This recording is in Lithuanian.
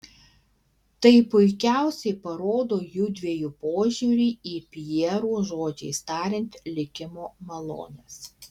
tai puikiausiai parodo jųdviejų požiūrį į pjero žodžiais tariant likimo malones